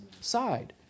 side